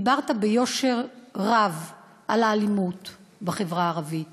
דיברת ביושר רב על האלימות בחברה הערבית,